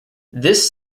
this